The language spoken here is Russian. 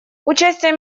участие